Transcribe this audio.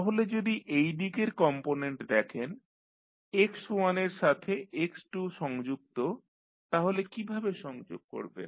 তাহলে যদি এইদিকের কম্পোনেন্ট দেখেন x1 এর সাথে x2 সংযুক্ত তাহলে কীভাবে সংযোগ করবেন